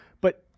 But-